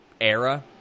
era